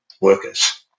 workers